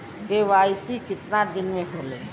KYC कितना दिन में होले?